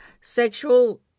sexual